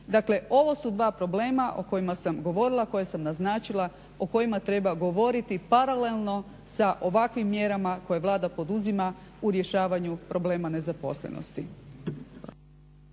Dakle ovo su dva problema o kojima sam govorila koje sam naznačila o kojima treba govoriti paralelno sa ovakvim mjerama koje Vlada poduzima u rješavanju problema nezaposlenosti.